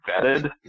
vetted